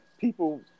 people